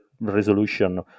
resolution